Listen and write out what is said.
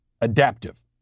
adaptive